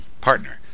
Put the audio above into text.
partner